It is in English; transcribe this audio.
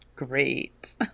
Great